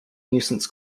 nuisance